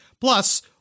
Plus